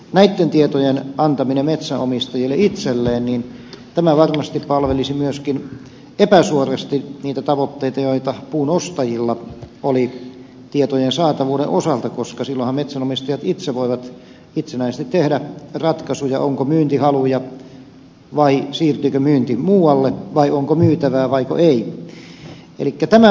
näitten tietojen antaminen metsänomistajille itselleen varmasti palvelisi myöskin epäsuorasti niitä tavoitteita joita puun ostajilla oli tietojen saatavuuden osalta koska silloinhan metsänomistajat itse voivat itsenäisesti tehdä ratkaisuja onko myyntihaluja vai siirtyykö myynti muualle vai onko myytävää vaiko ei